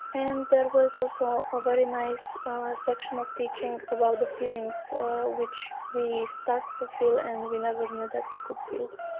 and there was also a very nice section of teaching about the feelings which we starts to feel and we never knew that we could feel.